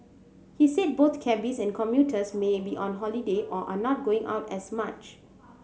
he said both cabbies and commuters may be on holiday or are not going out as much